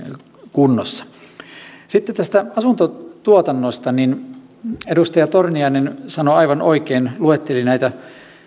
kunnossa sitten tästä asuntotuotannosta edustaja torniainen sanoi aivan oikein luetteli näitä